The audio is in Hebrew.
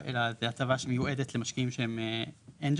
אלא זה הטבה שמיועדת למשקיעים שהם אנג'לים,